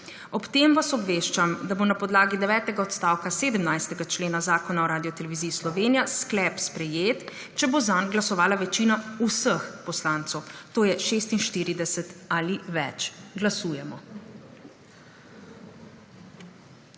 Ob tem vas obveščam, da bo na podlagi 9. odstavka 17. člena Zakona o Radioteleviziji Slovenija sklep sprejet, če bo zanj glasovala večina vseh poslancev, to je 46 ali več. 85.